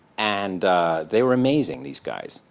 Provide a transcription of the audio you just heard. and they were amazing, these guys.